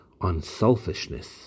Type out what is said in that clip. unselfishness